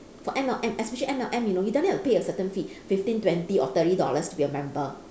for M_L_M especially M_L_M you know you don't need to pay a certain fee fifteen twenty or thirty dollars to be a member